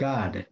God